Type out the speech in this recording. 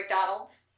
McDonald's